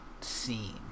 scene